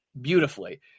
beautifully